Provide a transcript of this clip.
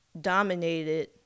dominated